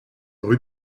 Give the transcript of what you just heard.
rue